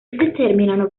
determinano